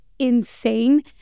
insane